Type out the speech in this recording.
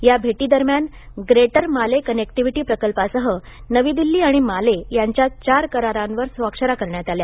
या भेटीदरम्यान greater Male connectivity प्रकल्पासह नवी दिल्ली आणि माले यांच्यात चार करारावर स्वाक्षऱ्या करण्यात आल्या